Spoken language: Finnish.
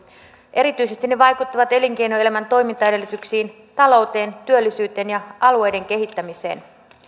erityisesti ne vaikuttavat elinkeinoelämän toimintaedellytyksiin talouteen työllisyyteen ja alueiden kehittämiseen